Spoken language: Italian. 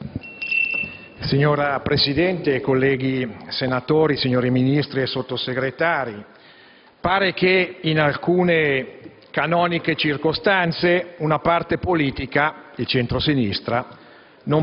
Signora Presidente, colleghi senatori, signori Ministri e Sottosegretari, pare che in alcune canoniche circostanze una parte politica, di centrosinistra,